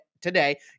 today